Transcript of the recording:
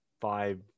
five